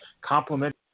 complement